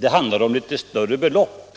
Det handlar om litet större belopp,